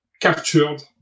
captured